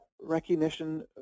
recognition